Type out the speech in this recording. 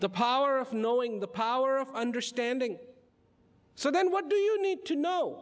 the power of knowing the power of understanding so then what do you need to know